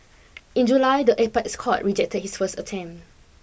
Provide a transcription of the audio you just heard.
in July the apex court rejected his first attempt